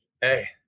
hey